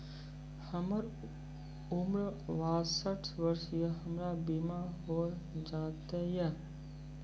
हमर उम्र बासठ वर्ष या हमर बीमा हो जाता यो?